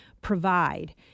provide